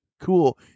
cool